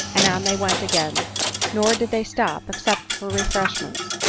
and on they went again nor did they stop, except for refresh ments,